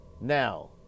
Now